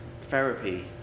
Therapy